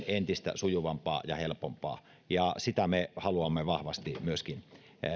entistä sujuvampaa ja helpompaa sitä me haluamme vahvasti myöskin